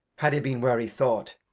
had he been where he thought.